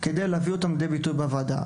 כדי להביא אותם לידי ביטוי בוועדה.